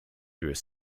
through